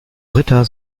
ritter